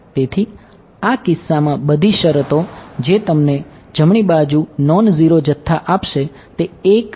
તેથી આ કિસ્સામાં બધી શરતો જે તમને જમણી બાજુ નોન ઝીરો જથ્થા આપશે તે 1 2 3 4 આવશે